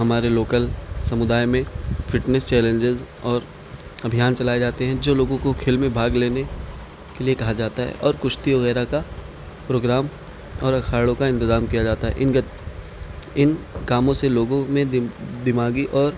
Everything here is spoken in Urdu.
ہمارے لوکل سمودائے میں فٹنیس چیلنجز اور ابھیان چلائے جاتے ہیں جو لوگوں کو کھیل میں بھاگ لینے کے لیے کہا جاتا ہے اور کشتی وغیرہ کا پروگرام اور اکھاڑوں کا انتظام کیا جاتا ہے ان ان کاموں سے لوگوں میں دماغی اور